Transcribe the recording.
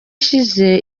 ishize